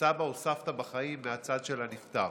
סבא או סבתא בחיים מהצד של הנפטר.